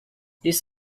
this